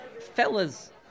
Fellas